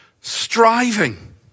striving